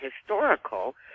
historical